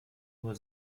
nur